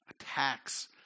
attacks